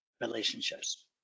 relationships